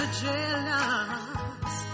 jealous